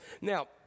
Now